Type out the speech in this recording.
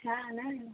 हा न न